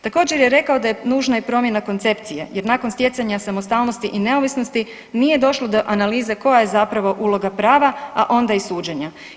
Također je rekao da je nužna promjena koncepcije jer nakon stjecanja samostalnosti i neovisnosti, nije došlo do analize koja je zapravo uloga prava a onda i suđenja.